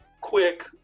quick